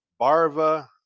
Barva